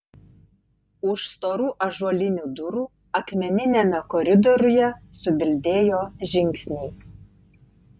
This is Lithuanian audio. už storų ąžuolinių durų akmeniniame koridoriuje subildėjo žingsniai